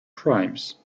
primes